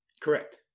Correct